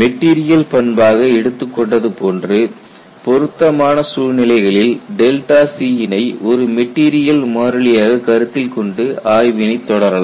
material பண்பாக எடுத்துக் கொண்டது போன்று பொருத்தமான சூழ்நிலைகளில் cனை ஒரு மெட்டீரியல் மாறிலியாக கருத்தில் கொண்டு ஆய்வினை தொடரலாம்